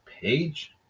page